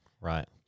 Right